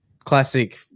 Classic